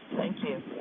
thank you.